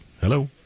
Hello